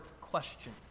question